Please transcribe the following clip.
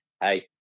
hey